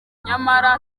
nyamara